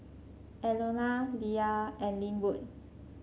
Enola Leah and Lynwood